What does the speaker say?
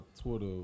Twitter